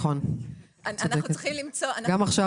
אנחנו צריכים לפשפש